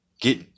get